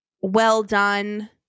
well-done